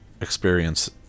experience